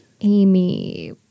Amy